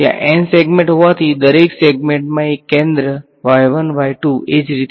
ત્યાં n segment હોવાથી દરેક સેગમેન્ટમાં એક કેન્દ્ર એજ રીતે